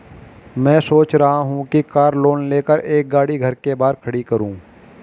मैं सोच रहा हूँ कि कार लोन लेकर एक गाड़ी घर के बाहर खड़ी करूँ